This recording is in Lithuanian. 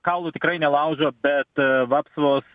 kaulų tikrai nelaužo bet vapsvos